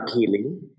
Healing